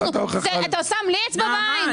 אתה שם לי אצבע בעין?